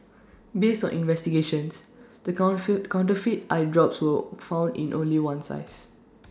based on investigations the con full counterfeit eye drops were found in only one size